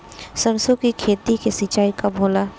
सरसों की खेती के सिंचाई कब होला?